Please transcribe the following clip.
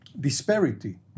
disparity